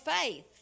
faith